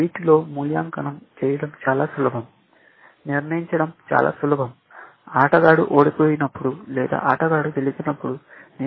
వీటిలో మూల్యాంకనం చేయడం చాలా సులభం నిర్ణయించడం చాలా సులభం ఆటగాడు ఓడిపోయినప్పుడు లేదా ఆటగాడు గెలిచినప్పుడు నియమాలు మీకు తెలియజేస్తాయి